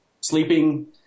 sleeping